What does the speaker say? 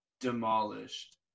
demolished